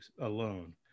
alone